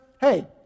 Hey